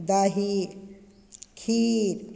दही खीर